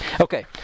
okay